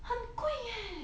很贵 eh